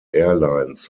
airlines